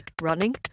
running